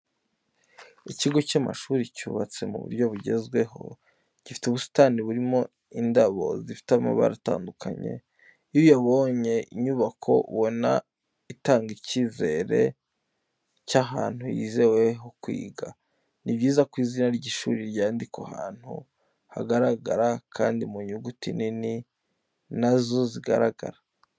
Ikigo cy'amashuri cyubatse mu buryo bugezweho, gifite ubusitani burimo indabo zifite amabara atandukanye. Iyo ubonye inyubako ubona itanga icyizere cy'ahantu hizewe ho kwiga. Ni byiza ko izina ry'ishuri ryandikwa ahantu hagaragara kandi mu nyuguti nini na zo zigaragara.